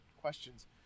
questions